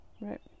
right